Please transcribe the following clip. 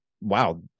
wow